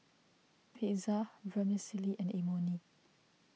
Pizza Vermicelli and Imoni